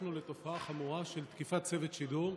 נחשפנו לתופעה חמורה של תקיפת צוות שידור,